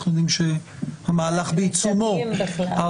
אנחנו יודעים שהמהלך בעיצומו,